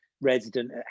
resident